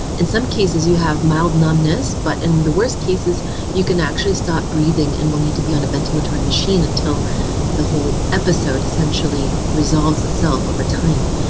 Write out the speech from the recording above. in some cases you have mild numbness, but in the worst cases you can actually stop breathing and will need to be on a ventilator machine until the whole episode essentially resolves itself over time.